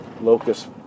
Locust